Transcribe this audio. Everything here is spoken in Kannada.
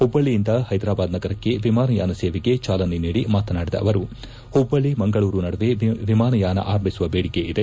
ಹುಬ್ಲಳ್ಳಿಯಿಂದ ಹೈದರಾಬಾದ್ ನಗರಕ್ಕೆ ವಿಮಾನಯಾನ ಸೇವೆಗೆ ಚಾಲನೆ ನೀಡಿ ಮಾತನಾಡಿದ ಅವರು ಮಬ್ಲಳ್ಳಿ ಮಂಗಳೂರು ನಡುವೆ ವಿಮಾನಯಾನ ಅರಂಭಿಸುವ ಬೇಡಿಕೆ ಇದೆ